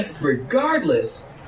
Regardless